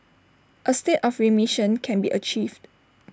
A state of remission can be achieved